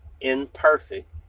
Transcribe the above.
imperfect